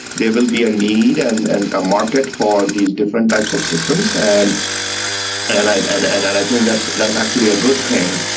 there will be a need and and a market for these different types of systems and and i and and and i think that's that's actually a good thing,